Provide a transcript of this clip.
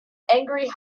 angry